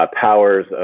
powers